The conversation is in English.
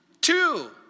Two